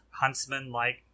Huntsman-like